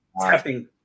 tapping